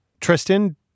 Tristan